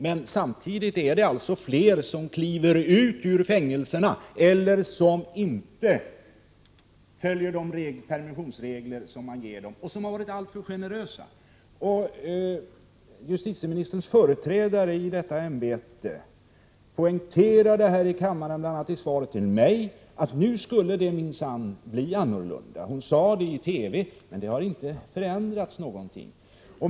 Men samtidigt är det alltså fler som kliver ut ur fängelserna eller 127 som inte följer gällande permissionsregler, regler som varit alltför generösa. Justitieministerns företrädare i detta ämbete poängterade här i kammaren bl.a. i ett svar till mig att det minsann skulle bli annorlunda. Hon uttalade detsamma i TV, men ingenting har förändrats.